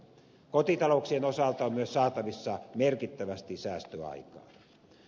kotitalouksien osalta on myös saatavissa merkittävästi säästöä aikaan